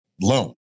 loan